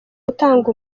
gutanga